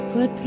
Put